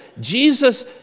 Jesus